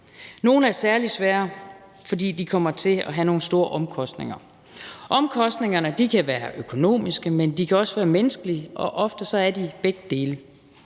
Nogle er særlig svære, fordi de kommer til at have nogle store omkostninger. Omkostningerne kan være økonomiske, men de kan også være menneskelige, og ofte er de begge dele.